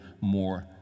more